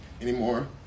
anymore